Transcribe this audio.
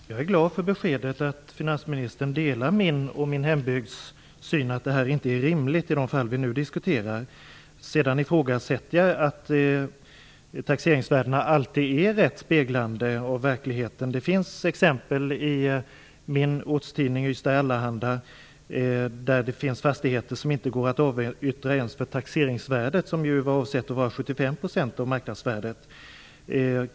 Fru talman! Jag är glad för beskedet att finansministern delar min och min hembygds syn att det här inte är rimligt i de fall som vi nu diskuterar. Sedan ifrågasätter jag att taxeringsvärdena alltid rätt speglar verkligheten. Det finns enligt min ortstidning Ystads Allehanda exempel på fastigheter som inte går att avyttra ens för taxeringsvärdet, som ju är avsett att vara 75 % av marknadsvärdet.